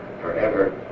forever